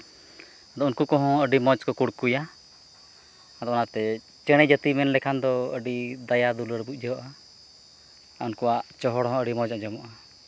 ᱟᱫᱚ ᱩᱱᱠᱩ ᱠᱚᱦᱚᱸ ᱟᱹᱰᱤ ᱢᱚᱡᱽ ᱠᱚ ᱠᱩᱠᱲᱩᱭᱟ ᱟᱫᱚ ᱚᱱᱟᱛᱮ ᱪᱮᱬᱮ ᱡᱟᱹᱛᱤ ᱢᱮᱱ ᱞᱮᱠᱷᱟᱱ ᱫᱚ ᱟᱹᱰᱤ ᱫᱟᱭᱟ ᱫᱩᱞᱟᱹᱲ ᱵᱩᱡᱷᱟᱹᱜᱼᱟ ᱟᱨ ᱩᱱᱠᱣᱟᱜ ᱪᱚᱦᱚᱲ ᱦᱚᱸ ᱟᱹᱰᱤ ᱢᱚᱡᱽ ᱟᱡᱚᱢᱚᱜᱼᱟ